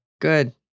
Good